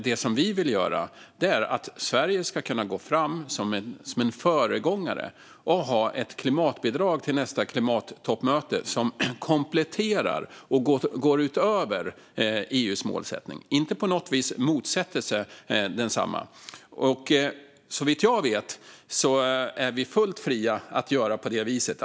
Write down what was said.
Det vi vill är att Sverige ska kunna gå fram som en föregångare och ha ett klimatbidrag till nästa klimattoppmöte som kompletterar och går utöver EU:s målsättning. Det ska inte på något vis motsätta sig detsamma. Såvitt jag vet är vi fullt fria att göra på det viset.